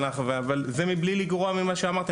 זה מבלי לגרוע ממה שאמרתי,